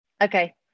Okay